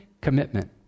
commitment